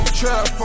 trap